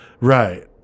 right